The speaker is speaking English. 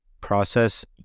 process